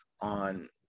on